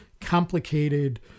complicated